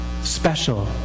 special